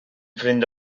ffrind